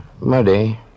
muddy